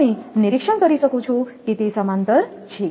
તમે નિરીક્ષણ કરી શકો છો કે તે સમાંતર છે